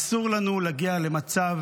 אסור לנו להגיע למצב